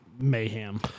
mayhem